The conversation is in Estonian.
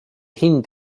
hind